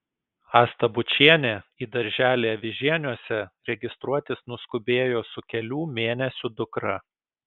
asta bučienė į darželį avižieniuose registruotis nuskubėjo su kelių mėnesių dukra